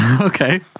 Okay